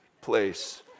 place